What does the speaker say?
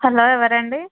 hello ఎవరండి